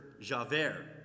Javert